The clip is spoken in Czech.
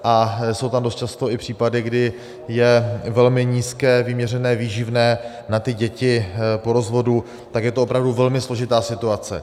A jsou tam dost často i případy, kdy je velmi nízké vyměřené výživné na děti po rozvodu, tak je to opravdu velmi složitá situace.